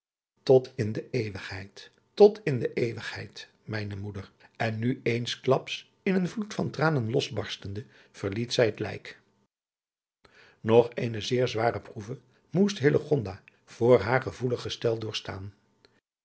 tot in de eeuwigheid tot in de eeuwigheid mijne moeder en nu eensklaps in een vloed van tranen losbarstende verliet zij het lijk nog eene zeer zware proeve moest hillegonda voor haar gevoelig gestel doorstaan